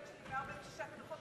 מה פתאום?